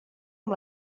amb